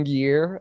year